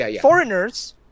foreigners